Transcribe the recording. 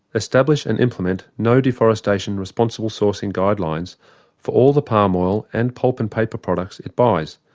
establish and implement no deforestation responsible sourcing guidelines for all the palm oil and pulp and paper products it buys,